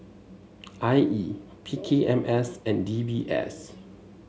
I E P K M S and D B S